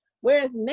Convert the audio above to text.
Whereas